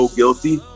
guilty